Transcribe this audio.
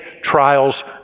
trials